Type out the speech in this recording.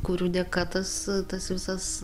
kurių dėka tas tas visas